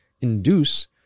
induce